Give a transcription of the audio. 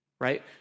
right